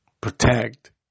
protect